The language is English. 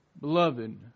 Beloved